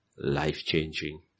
life-changing